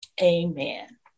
Amen